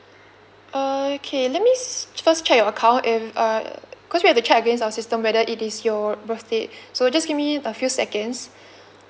okay let me s~ first check your account if uh because we have to check against our system whether it is your birthdate so just give me a few seconds